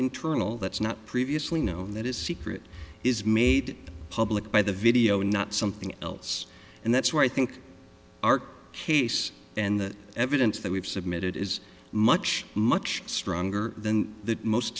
internal that's not previously known that is secret is made public by the video not something else and that's why i think our case and the evidence that we've submitted is much much stronger than